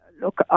look